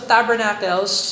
Tabernacles